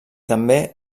també